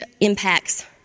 impacts